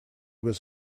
was